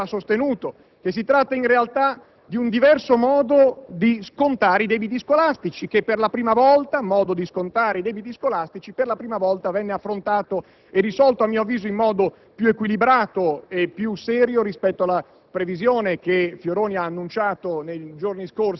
vale ancora gli esami di riparazione: abbiamo già sostenuto che si tratta in realtà di un diverso modo di scontare i debiti scolastici che per la prima volta venne affrontato e risolto, a mio avviso in modo più equilibrato e più serio rispetto alla previsione